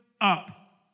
up